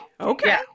okay